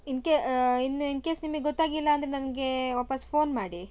ಇನ್ ಕೆ ಇನ್ನು in case ನಿಮಿಗೆ ಗೊತ್ತಾಗಿಲ್ಲ ಅಂದರೆ ನನಗೆ ವಾಪಾಸ್ಸು ಫೋನ್ ಮಾಡಿ